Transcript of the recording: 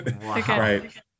right